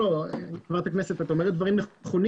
חברת הכנסת, את אומרת דברים נכונים.